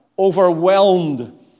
Overwhelmed